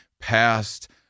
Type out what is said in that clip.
past